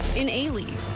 in alief,